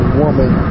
woman